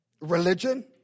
religion